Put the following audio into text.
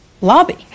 lobby